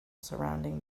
surrounding